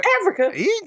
Africa